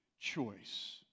choice